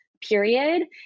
period